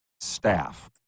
staff